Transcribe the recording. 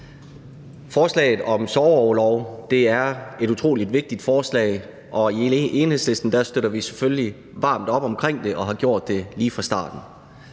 Forslaget om sorgorlov er et utrolig vigtigt forslag, og i Enhedslisten støtter vi selvfølgelig varmt op omkring det og har gjort det lige fra starten.